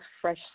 fresh